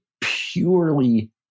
purely